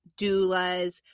doulas